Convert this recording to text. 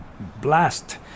Blast